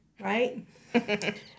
right